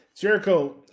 Jericho